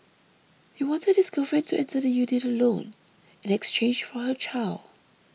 he wanted his girlfriend to enter the unit alone in exchange for her child